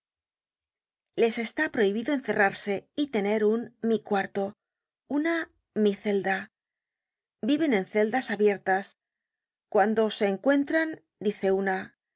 les está prohibido encerrarse y tener un mi cuarto una mi celda viven en celdas abiertas cuando se encuentran dice una